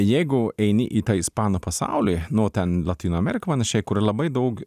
jeigu eini į tą ispanų pasaulį nu ten lotynų amerika panašiai kur labai daug